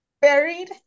buried